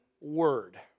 word